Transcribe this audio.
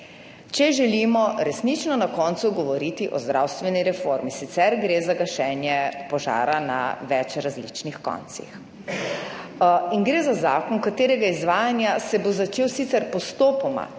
če želimo resnično na koncu govoriti o zdravstveni reformi, sicer gre za gašenje požara na več različnih koncih. In gre za zakon, katerega izvajanja se bo začel sicer postopoma